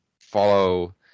follow